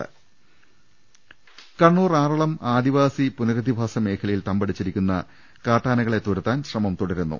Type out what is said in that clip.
രുട്ടിട്ട്ട്ട്ട്ട്ട്ട കണ്ണൂർ ആറളം ആദിവാസി പുനരധിവാസ മേഖലയിൽ തമ്പടിച്ചിരി ക്കുന്ന കാട്ടാനകളെ തുരത്താൻ ശ്രമം തുടരുന്നു